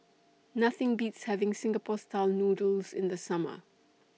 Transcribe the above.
Nothing Beats having Singapore Style Noodles in The Summer